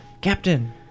Captain